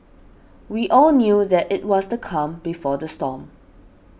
we all knew that it was the calm before the storm